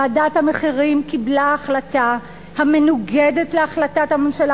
ועדת המחירים קיבלה החלטה המנוגדת להחלטת הממשלה